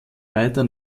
weiter